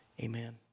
Amen